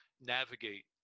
navigate